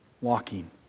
walking